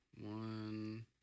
One